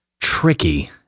tricky